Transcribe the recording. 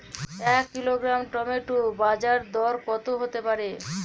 এক kilogram tomato বাজের দরকত হতে পারে?